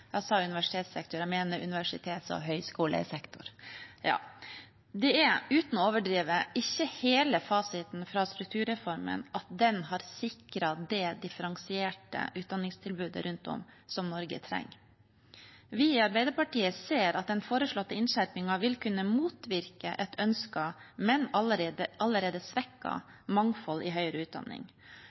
sa universitetssektor, men jeg mener universitets- og høyskolesektor. Det er, uten å overdrive, ikke hele fasiten fra strukturreformen at den har sikret det differensierte utdanningstilbudet rundt om som Norge trenger. Vi i Arbeiderpartiet ser at den foreslåtte innskjerpingen vil kunne motvirke et ønsket, men allerede svekket mangfold i høyere utdanning.